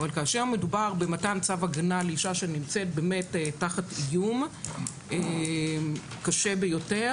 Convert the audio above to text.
אבל כאשר מדובר במתן צו הגנה על אישה שנמצאת באמת תחת איום קשה ביותר,